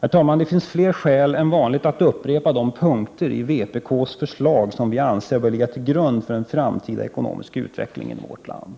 Herr talman! Det finns flera skäl än vanligt att upprepa de punkter i vpk:s förslag som vi anser bör ligga till grund för en framtida ekonomisk utveckling i vårt land.